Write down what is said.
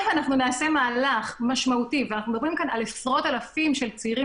אם נעשה מהלך משמעותי ואנחנו מדברים על עשרות אלפים של צעירים